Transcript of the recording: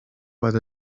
what